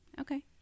okay